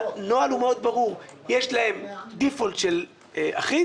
הנוהל מאוד ברור: יש להם Default אחיד,